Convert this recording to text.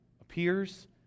appears